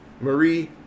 Marie